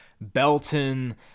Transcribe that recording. Belton